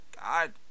god